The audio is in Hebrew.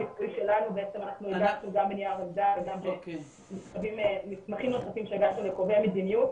בעצם אנחנו הגשנו גם נייר עמדה ומסמכים נוספים שהגשנו לקובעי המדיניות.